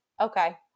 okay